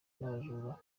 n’abajura